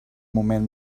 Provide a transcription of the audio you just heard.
moment